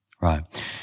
Right